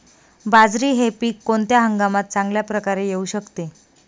बाजरी हे पीक कोणत्या हंगामात चांगल्या प्रकारे येऊ शकते?